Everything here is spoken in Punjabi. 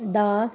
ਦਾ